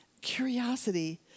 Curiosity